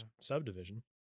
subdivision